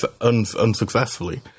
unsuccessfully